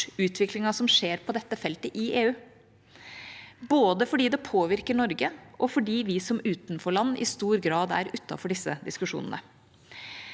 utviklingen som skjer på dette feltet i EU, både fordi det påvirker Norge, og fordi vi som utenforland i stor grad er utenfor disse diskusjonene.